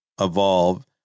evolve